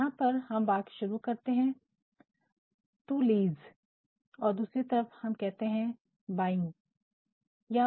यहां पर हम वाक्य शुरू करते हैं टू लीज " to lease"" पट्टे पर देना" और दूसरी तरफ हम कहते हैं बाइंग "buying" " खरीदना"